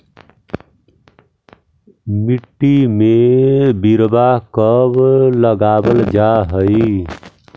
मिट्टी में बिरवा कब लगावल जा हई?